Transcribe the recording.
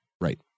Right